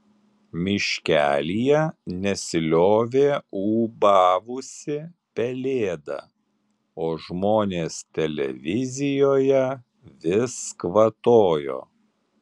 miškelyje nesiliovė ūbavusi pelėda o žmonės televizijoje vis kvatojo